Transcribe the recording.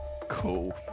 Cool